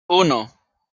uno